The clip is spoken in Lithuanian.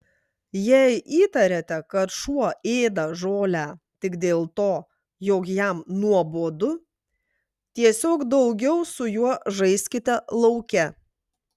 jei įtariate kad šuo ėda žolę tik dėl to jog jam nuobodu tiesiog daugiau su juo žaiskite lauke